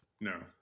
No